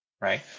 right